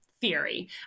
theory